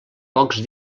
pocs